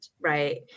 right